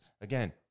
Again